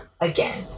Again